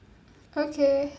okay